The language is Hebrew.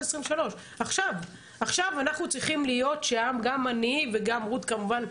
2023. עכשיו אנחנו צריכים להיות שם גם אני וגם רות כמובן,